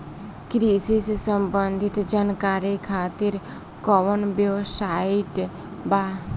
कृषि से संबंधित जानकारी खातिर कवन वेबसाइट बा?